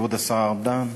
כבוד השר ארדן,